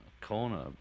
corner